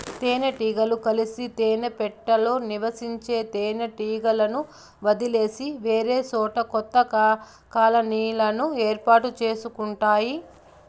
తేనె టీగలు కలిసి తేనె పెట్టలో నివసించే తేనె టీగలను వదిలేసి వేరేసోట కొత్త కాలనీలను ఏర్పరుచుకుంటాయి